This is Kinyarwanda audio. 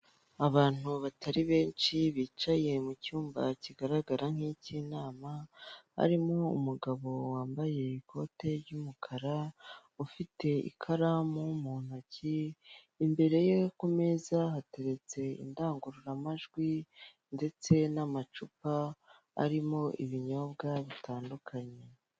Inzu ikorerwamo ubucuruzi bw'amafaranga aho uzana amafaranga y'igihugu kimwe cyo hanze ukayagurana n'andi mafaranga yicyo gihugu ushaka gufata kandi harimo abantu babiri umukiriya ndetse n'umuntu uyacuruza.